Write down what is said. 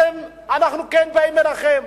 אנחנו כן באים אליכם,